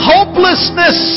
Hopelessness